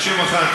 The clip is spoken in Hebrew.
שוכרן.